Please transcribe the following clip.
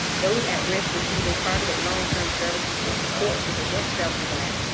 those at risk receiving targeted long-term services and support to prevent self-neglect.